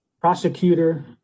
prosecutor